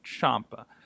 Champa